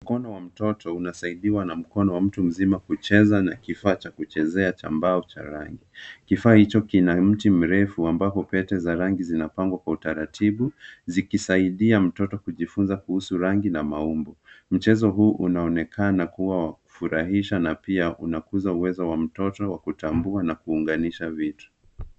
Mkono wa mtoto unasaidiwa na mkono wa mtu mzima kucheza na kifaa cha kuchezea cha mbao cha rangi. Kifaa hicho kina mti mrefu ambapo pete za rangi zinapangwa kwa utaratibu zikisaidia mtoto kujifunza kuhusu rangi na maumbo. Mchezo huu unaonekana kuwa wa kufurahisha na pia unakuza uwezo wa mtoto wa kutambua na kuunganisha vitu.